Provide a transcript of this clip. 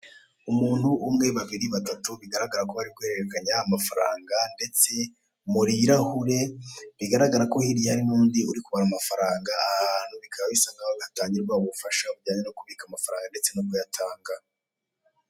Umuntu umwe, babiri, batatu bigaragara ko bari guhererekanya amafaranga ndetse mu birahure bigaragara ko hirya hari n'undi uri kubara amafaranga, aha hantu bikaba bisa nk'aho hatangirwa ubufasha bujyanye no kubika amafaranga ndetse no kuyatanga.